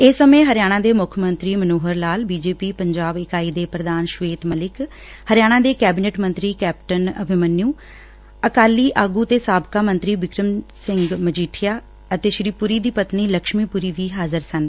ਇਸ ਸਮੇਂ ਹਰਿਆਣਾ ਦੇ ਮੁੱਖ ਮੰਤਰੀ ਮਨੋਹਰ ਲਾਲ ਬੀਜੇਪੀ ਪੰਜਾਬ ਇਕਾਈ ਦੇ ਪ੍ਰਧਾਨ ਸ਼ਵੇਤ ਮਲਿਕ ਹਰਿਆਣਾ ਦੇ ਕੈਬਨਿਟ ਮੰਤਰੀ ਕੈਪਟਨ ਅਭਿਮੰਨੂ ਅਕਾਲੀ ਆਗੁ ਤੇ ਸਾਬਕਾ ਮੰਤਰੀ ਬਿਕਰਮ ਸਿੰਘ ਮਜੀਠੀਆ ਅਤੇ ਸ੍ਰੀ ਪੁਰੀ ਦੀ ਪਤਨੀ ਲਕਸ਼ਮੀ ਪੁਰੀ ਵੀ ਹਾਜ਼ਰ ਸਨ